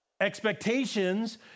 Expectations